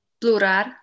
Plural